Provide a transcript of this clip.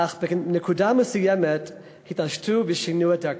אך בנקודה מסוימת התעשתו ושינו את דרכם.